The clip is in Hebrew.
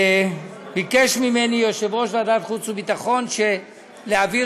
וביקש ממני יושב-ראש ועדת החוץ והביטחון להעביר